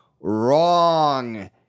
Wrong